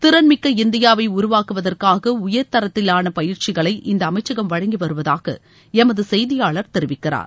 திறன் மிக்க இந்தியாவை உருவாக்குவதற்காக உயர் தரத்திவான பயிற்சிகளை இந்த அமைச்சகம் வழங்கி வருவதாக எமது செய்தியாளர் தெரிவிக்கிறார்